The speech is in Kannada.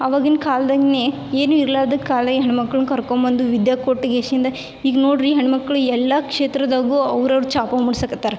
ಅವಾಗಿನ ಕಾಲದಾಗ್ನೀ ಏನು ಇರ್ಲಾರ್ದಕ್ಕೆ ಕಾಲ ಹೆಣ್ಣು ಮಕ್ಳನ್ನು ಕರ್ಕೊಂಡ್ಬಂದು ವಿದ್ಯೆ ಕೊಟ್ಗೇಶಿಂದ ಈಗ ನೋಡಿರಿ ಹೆಣ್ಣು ಮಕ್ಕಳು ಎಲ್ಲ ಕ್ಷೇತ್ರದಾಗೂ ಅವ್ರವ್ರ ಛಾಪು ಮೂಡಿಸಕತ್ತಾರ